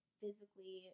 physically